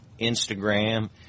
Instagram